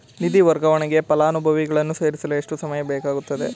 ನಿಧಿ ವರ್ಗಾವಣೆಗೆ ಫಲಾನುಭವಿಗಳನ್ನು ಸೇರಿಸಲು ಎಷ್ಟು ಸಮಯ ಬೇಕಾಗುತ್ತದೆ?